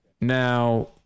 Now